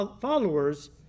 followers